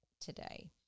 today